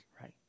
right